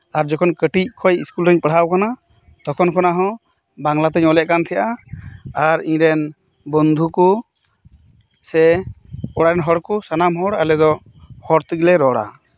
ᱟᱨ ᱡᱚᱠᱷᱚᱱ ᱠᱟᱹᱴᱤᱡ ᱠᱷᱚᱱ ᱥᱠᱩᱞ ᱠᱷᱚᱱᱟᱧ ᱯᱟᱲᱦᱟᱣ ᱟᱠᱟᱱᱟ ᱛᱚᱠᱷᱚᱱ ᱠᱷᱚᱱᱟᱜ ᱦᱚᱸ ᱵᱟᱝᱞᱟ ᱛᱮᱧ ᱚᱞ ᱮᱫ ᱠᱟᱱ ᱛᱟᱦᱮᱱᱟ ᱟᱨ ᱤᱧ ᱨᱮᱱ ᱵᱚᱱᱫᱷᱩ ᱠᱚ ᱥᱮ ᱚᱲᱟᱜ ᱨᱮᱱ ᱦᱚᱲ ᱠᱚᱥᱟᱱᱟᱢ ᱦᱚᱲ ᱟᱞᱮ ᱫᱚ ᱦᱚᱲ ᱛᱮᱜᱮ ᱞᱮ ᱨᱚᱲᱼᱟ